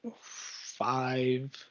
five